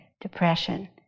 Depression